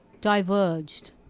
diverged